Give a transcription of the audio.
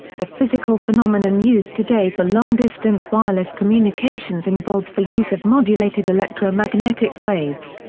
the physical phenomenon used today for long-distance wireless communications involves the use of modulated electromagnetic waves,